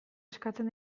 eskaintzen